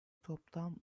toplam